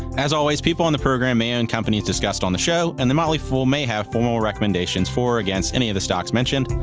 as always, people on the program may own and companies discussed on the show, and the motley fool may have formal recommendations for or against any of the stocks mentioned,